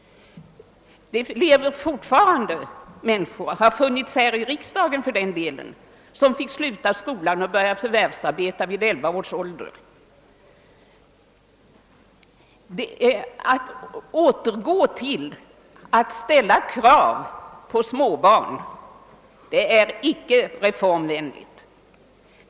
Det lever fortfarande människor — de har funnits också här i riksdagen — som fick sluta skolan och börja förvärvsarbeta vid 11 års ålder. Att återgå till att ställa krav på småbarn är icke reformvänligt.